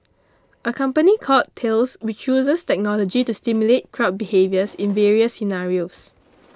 a company called Thales which uses technology to simulate crowd behaviours in various scenarios